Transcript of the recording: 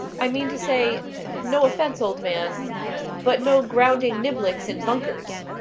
i mean to say no offence, old man but no grounding niblicks in bunkers.